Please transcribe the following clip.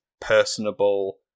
personable